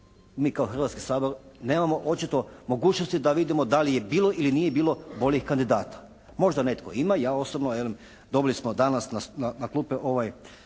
I mi Hrvatski sabor nemamo očito mogućnosti da vidimo da li je bilo ili nije bilo boljih kandidata. Možda netko ima, ali ja osobno velim dobili smo danas na klupe